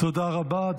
תודה רבה.